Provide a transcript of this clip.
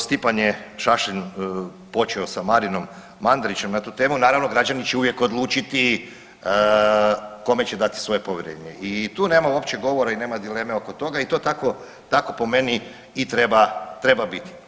Stipan je Šašlin počeo sa Marinom Mandarićem na tu temu, naravno građani će uvijek odlučiti kome će dati svoje povjerenje i tu nema uopće govora i nema dileme oko toga i to tako, tako po meni i treba, treba biti.